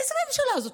איזו ממשלה זאת,